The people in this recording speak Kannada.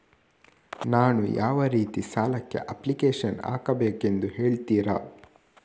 ನಾನು ಯಾವ ರೀತಿ ಸಾಲಕ್ಕೆ ಅಪ್ಲಿಕೇಶನ್ ಹಾಕಬೇಕೆಂದು ಹೇಳ್ತಿರಾ?